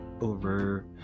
over